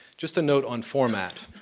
just a note on format.